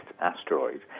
asteroid